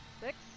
Six